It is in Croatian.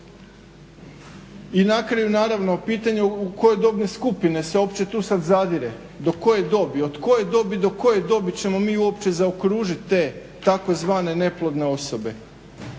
I na kraju naravno, pitanje u koje dobne skupine se uopće tu sad zadire, od koje dobi do koje dobi ćemo mi uopće zaokružiti te tzv. neplodne osobe.